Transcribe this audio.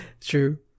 True